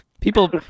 People